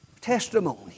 testimony